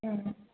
ம்